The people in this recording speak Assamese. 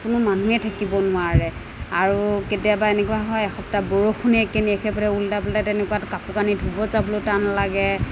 কোনো মানুহেই থাকিব নোৱাৰে আৰু কেতিয়াবা এনেকুৱা হয় এসপ্তাহ বৰষুণেই একেনিয়াকে একেবাৰে উল্টা পুল্টা তেনেকুৱা কাপোৰ কানি ধুব যাবলৈও টান লাগে